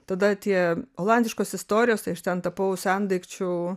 tada tie olandiškos istorijos tai aš ten tapau sendaikčių